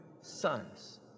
sons